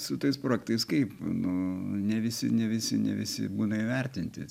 su tais projektais kaip nu ne visi ne visi ne visi būna įvertinti